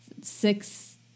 six